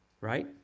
Right